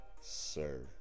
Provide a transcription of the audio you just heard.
sir